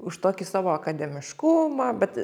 už tokį savo akademiškumą bet